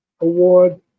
award